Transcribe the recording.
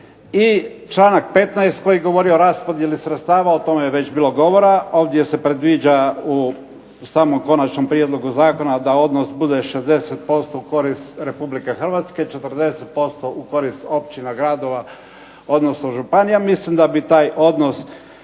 I članak 15. koji govori o raspodijeli sredstava o tome je već bilo govora. Ovdje se predviđa u samom konačnom prijedlogu zakona da odnos bude 60% u korist Republike Hrvatske, 40% u korist općina, gradova, odnosno županija. Mislim da bi taj odnos